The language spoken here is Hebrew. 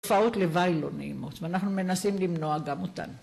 תופעות לוואי לא נעימות ואנחנו מנסים למנוע גם אותן